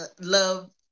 love